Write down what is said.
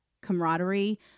camaraderie